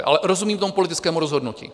Ale rozumím tomu politickému rozhodnutí.